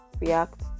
react